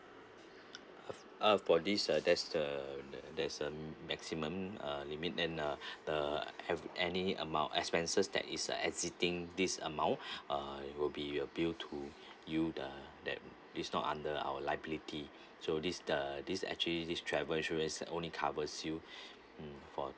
uh for this uh that's the that's the maximum uh limit and uh the have any amount expenses that is exceeding this amount uh it will be your bill to you the that is not under our liability so this the this actually this travel insurances only covers you mm for